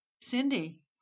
Cindy